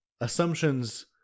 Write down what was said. assumptions